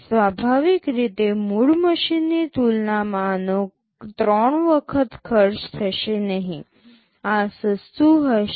સ્વાભાવિક રીતે મૂળ મશીનની તુલનામાં આનો ત્રણ વખત ખર્ચ થશે નહીં આ સસ્તું હશે